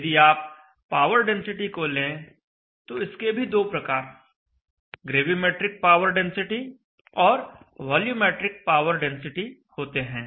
यदि आप power density को लें तो इसके भी दो प्रकार ग्रेविमेट्रिक पावर डेंसिटी और वॉल्यूमैट्रिक पावर डेंसिटी होते हैं